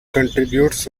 contributes